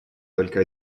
только